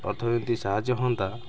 ଅର୍ଥନୀତି ସାହାଯ୍ୟ ହୁଅନ୍ତା